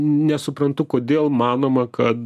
nesuprantu kodėl manoma kad